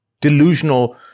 delusional